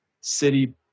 City